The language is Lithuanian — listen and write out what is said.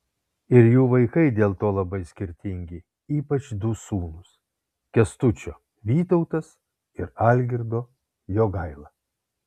ir jų vaikai dėl to labai skirtingi ypač du sūnūs kęstučio vytautas ir algirdo jogaila